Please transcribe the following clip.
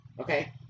okay